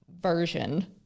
version